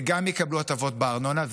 וגם יקבלו הטבות בארנונה,